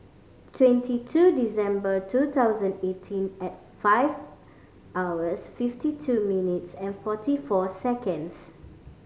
twenty two December two thousand eighteen at five hours fifty two minutes and forty four seconds